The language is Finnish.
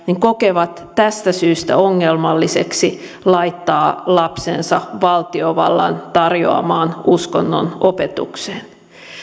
kokevat tästä syystä ongelmalliseksi laittaa lapsensa valtiovallan tarjoamaan uskonnonopetukseen